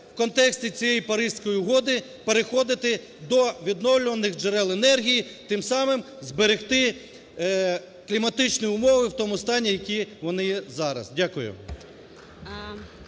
в контексті цієї Паризької угоди переходити до відновлювальних джерел енергії, тим самим зберегти кліматичні умови в тому стані, які вони є зараз. Дякую.